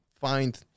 find